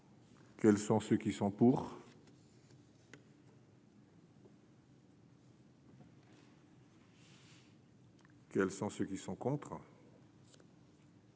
Quels sont ceux qui sont pour. Quels sont ceux qui sont contre.